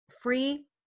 free